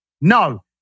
No